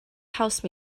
house